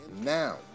Now